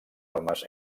normes